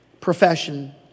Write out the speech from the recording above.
profession